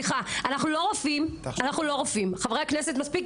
אנחנו לא רופאים אבל חברי כנסת מספיק